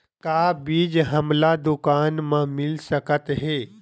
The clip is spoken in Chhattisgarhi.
का बीज हमला दुकान म मिल सकत हे?